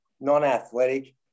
non-athletic